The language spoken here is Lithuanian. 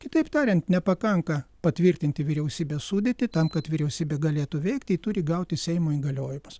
kitaip tariant nepakanka patvirtinti vyriausybės sudėtį tam kad vyriausybė galėtų veikti ji turi gauti seimo įgaliojimus